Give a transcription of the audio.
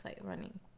running